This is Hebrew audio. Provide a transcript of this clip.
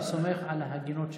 אני סומך על ההגינות שלך,